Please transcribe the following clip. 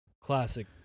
classic